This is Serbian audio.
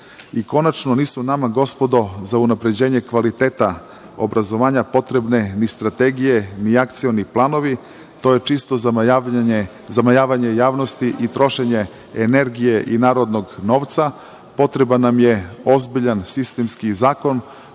nisu nama, gospodo, za unapređenje kvaliteta obrazovanja potrebne ni strategije, ni akcioni planovi, to je čisto zamajavanje javnosti i trošenje energije i narodnog novca. Potreban nam je ozbiljan sistemski zakon,